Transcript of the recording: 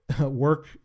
work